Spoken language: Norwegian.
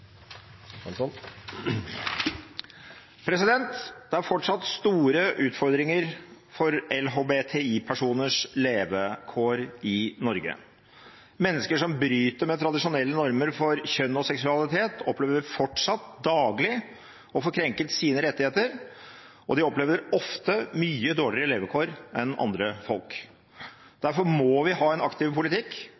Det er fortsatt store utfordringer for LHBTI-personers levekår i Norge. Mennesker som bryter med tradisjonelle normer for kjønn og seksualitet, opplever fortsatt daglig å få krenket sine rettigheter, og de opplever ofte mye dårligere levekår enn andre folk.